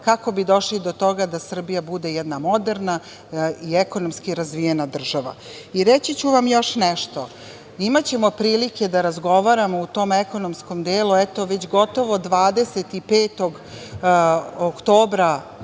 kako bi došli do toga da Srbija bude jedna moderna i ekonomski razvijena država. Reći ću vam još nešto. Imaćemo prilike da razgovaramo u tom ekonomskom delu, eto, već gotovo 25. oktobra,